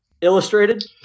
Illustrated